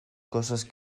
cosas